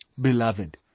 Beloved